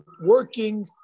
working